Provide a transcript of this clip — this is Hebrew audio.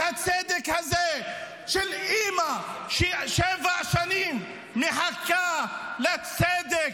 את הצדק הזה של אימא ששבע שנים מחכה לצדק,